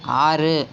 ஆறு